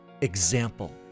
example